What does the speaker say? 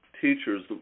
teachers